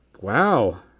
wow